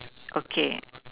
okay